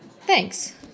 Thanks